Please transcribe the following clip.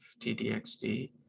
TDXD